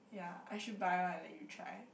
yeah I should buy one and let you try